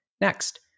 next